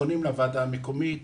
פונים לוועדה המקומית,